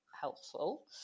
helpful